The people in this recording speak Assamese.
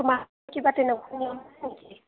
তোমাৰ কিবা তেনেকুৱা নিয়ম আছে নেকি